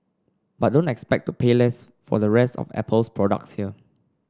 but don't expect to pay less for the rest of Apple's products here